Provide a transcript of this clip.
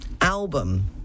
album